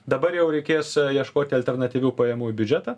dabar jau reikės ieškoti alternatyvių pajamų į biudžetą